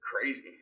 crazy